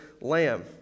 lamb